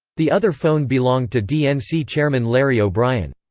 the other phone belonged to dnc chairman larry o'brien.